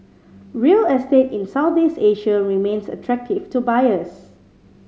real estate in Southeast Asia remains attractive to buyers